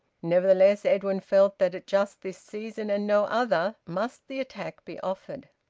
nevertheless edwin felt that at just this season, and no other, must the attack be offered.